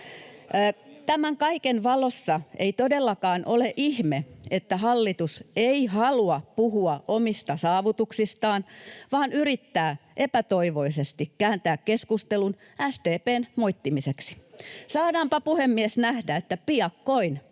Tämän kaiken valossa ei todellakaan ole ihme, että hallitus ei halua puhua omista saavutuksistaan vaan yrittää epätoivoisesti kääntää keskustelun SDP:n moittimiseksi. [Timo Heinonen: Ei!] Saadaanpa, puhemies, nähdä, että piakkoin